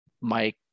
Mike